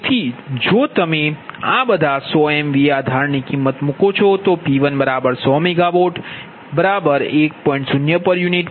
તેથી જો તમે આ બધા 100 MVA આધારની કિમત મૂકો છો તોP1100 MW1